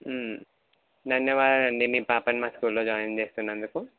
ధన్యవాదాలండీ మీ పాపను మా స్కూల్లో జాయిన్ చేస్తున్నందుకు